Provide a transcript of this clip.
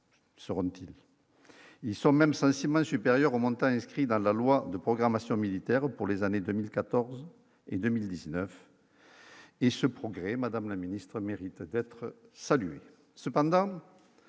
seront-ils, ils sont même 5 6 mois supérieur au monde pas inscrit dans la loi de programmation militaire pour les années 2014 et 2019. Et ce progrès, Madame la Ministre, mérite d'être salué,